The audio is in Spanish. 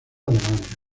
alemania